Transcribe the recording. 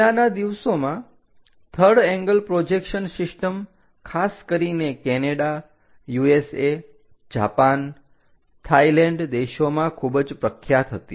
પહેલાના દિવસોમાં third angle projection system ખાસ કરીને કેનેડા USA જાપાન થાયલેન્ડ દેશોમાં ખૂબ જ પ્રખ્યાત હતી